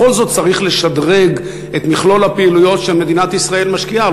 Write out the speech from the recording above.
בכל זאת צריך לשדרג את מכלול הפעילויות שמדינת ישראל משקיעה.